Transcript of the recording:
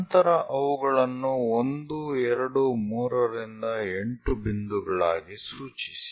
ನಂತರ ಅವುಗಳನ್ನು 1 2 3 ರಿಂದ 8 ಬಿಂದುಗಳಾಗಿ ಸೂಚಿಸಿ